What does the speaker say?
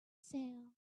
sale